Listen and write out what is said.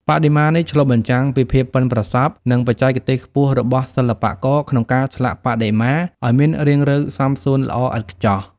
បដិមានេះឆ្លុះបញ្ចាំងពីភាពប៉ិនប្រសប់ និងបច្ចេកទេសខ្ពស់របស់សិល្បករក្នុងការឆ្លាក់បដិមាឱ្យមានរាងរៅសមសួនល្អឥតខ្ចោះ។